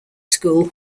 school